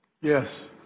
Yes